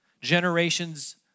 generations